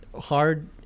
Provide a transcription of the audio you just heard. hard